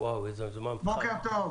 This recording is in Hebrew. בוקר טוב,